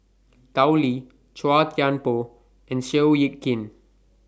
Tao Li Chua Thian Poh and Seow Yit Kin